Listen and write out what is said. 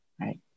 right